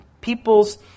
Peoples